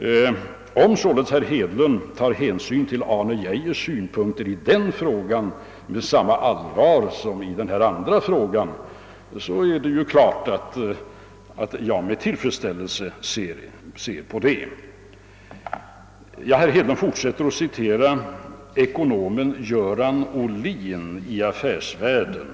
Om således herr Hedlund tar hänsyn till herr Arne Geijers synpunkter i den här frågan med samma allvar som i den andra frågan, så är det ju klart att jag ser det med tillfredsställelse. Herr Hedlund fortsatte med att citera ekonomen Göran Ohlin i tidningen Affärsvärlden.